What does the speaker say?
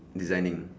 designing